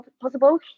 possible